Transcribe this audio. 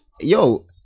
yo